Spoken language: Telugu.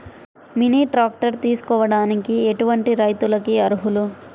మినీ ట్రాక్టర్ తీసుకోవడానికి ఎటువంటి రైతులకి అర్హులు?